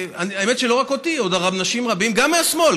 האמת שלא רק אותי, עוד אנשים רבים, גם מהשמאל.